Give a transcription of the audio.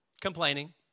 Complaining